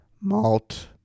malt